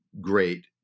great